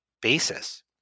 basis